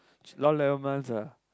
around eleven months ah